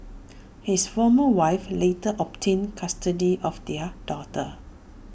his former wife later obtained custody of their daughter